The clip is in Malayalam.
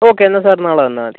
ഓക്കെ എന്നാൽ സാർ നാളെ വന്നാൽ മതി